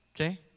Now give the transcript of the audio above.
okay